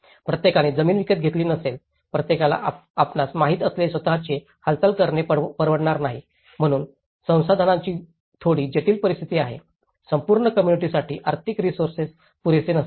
प्रत्येकाने जमीन विकत घेतली नसेल प्रत्येकाला आपणास माहित असलेले स्वत चे हालचाल करणे परवडणार नाही म्हणून संसाधनांची थोडी जटिल परिस्थिती आहे संपूर्ण कोम्मुनिटीासाठी आर्थिक रिसोर्सेस पुरेसे नसतील